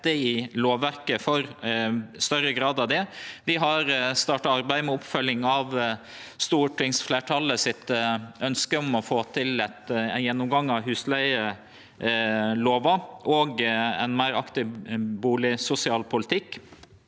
Vi har starta arbeidet med oppfølging av stortingsfleirtalet sitt ønske om å få til ein gjennomgang av husleigelova og ein meir aktiv bustadsosial